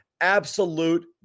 absolute